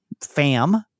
fam